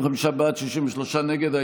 55 בעד, 63 נגד.